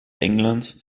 englands